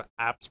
apps